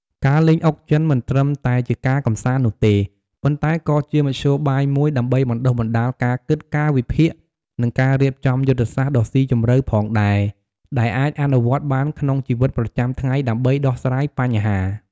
ការលេងអុកចិនមិនត្រឹមតែជាការកម្សាន្តនោះទេ ប៉ុន្តែក៏ជាមធ្យោបាយមួយដើម្បីបណ្ដុះបណ្ដាលការគិត ការវិភាគ និងការរៀបចំយុទ្ធសាស្ត្រដ៏ស៊ីជម្រៅផងដែរ ដែលអាចអនុវត្តបានក្នុងជីវិតប្រចាំថ្ងៃដើម្បីដោះស្រាយបញ្ហា។